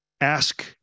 Ask